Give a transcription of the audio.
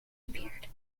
appeared